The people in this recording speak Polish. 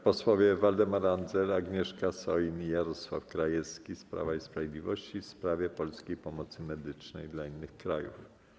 Posłowie Waldemar Andzel, Agnieszka Soin i Jarosław Krajewski z Prawa i Sprawiedliwości zadadzą pytanie w sprawie polskiej pomocy medycznej dla innych krajów.